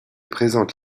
présente